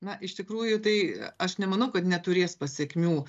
na iš tikrųjų tai aš nemanau kad neturės pasekmių